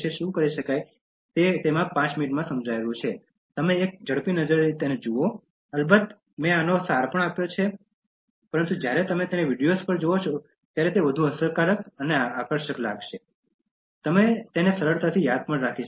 તે ભાગ્યે જ પાંચ મિનિટનો છે તમે એક નજર ઝડપી જુઓ અલબત્ત મેં આનો સાર આપ્યો છે પરંતુ જ્યારે તમે તેમને વિડિઓઝ પર જુઓ ત્યારે તે વધુ અસરકારક અને વધુ આકર્ષક છે અને તમે તેમને સરળતાથી યાદ રાખશો